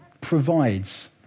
provides